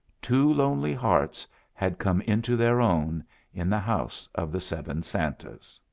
two lonely hearts had come into their own in the house of the seven santas!